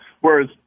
Whereas